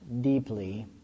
deeply